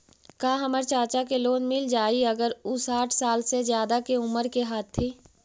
का हमर चाचा के लोन मिल जाई अगर उ साठ साल से ज्यादा के उमर के हथी?